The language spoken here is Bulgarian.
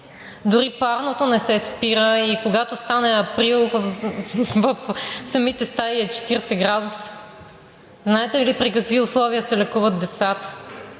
дори парното не се спира и когато стане април в самите стаи е 40 градуса. Знаете ли при какви условия се лекуват децата?